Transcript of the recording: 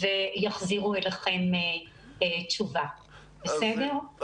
ויחזירו אליכם תשובה, בסדר?